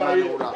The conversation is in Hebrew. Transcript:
הישיבה נעולה.